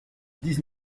dix